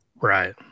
right